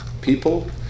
people